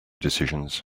decisions